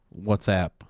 WhatsApp